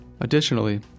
Additionally